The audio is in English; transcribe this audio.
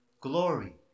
glory